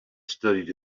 studied